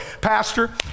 Pastor